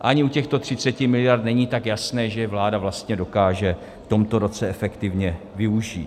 Ani u těchto 30 miliard není tak jasné, že je vláda vlastně dokáže v tomto roce efektivně využít.